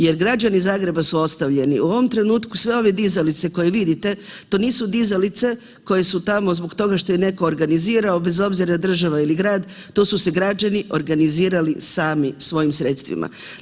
Jer građani Zagreba su ostavljeni, u ovom trenutku sve ove dizalice koje vidite, to nisu dizalice koje su tamo zbog toga što je netko organizirao, bez obzira, država ili grad, to su se građani organizirali sami svojim sredstvima.